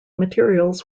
materials